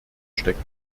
steckt